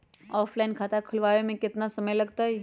Offline खाता खुलबाबे में केतना समय लगतई?